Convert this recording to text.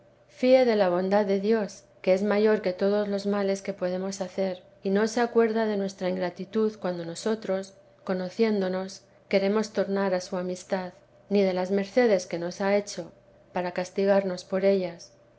fíe de la bondad de dios que es mayor que todos los males que podemos hacer y no se acuerda de nuestra ingratitud cuando nosotros conociéndonos queremos tornar a su amistad ni de las mercedes que nos ha hecho para castigarnos por ellas